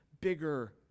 bigger